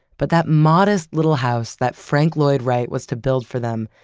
but that modest little house that frank lloyd wright was to build for them,